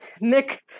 Nick